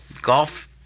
golf